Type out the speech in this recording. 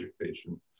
education